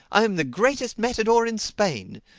i am the greatest matador in spain.